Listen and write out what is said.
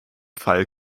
fall